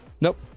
Nope